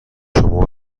شما